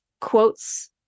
quotes